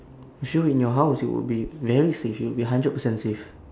you should be in your house you would be very safe you would be hundred percent safe